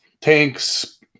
tanks